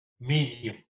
medium